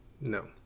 No